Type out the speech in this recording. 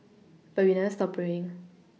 but we never stop praying